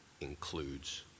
includes